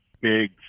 Big